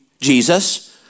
Jesus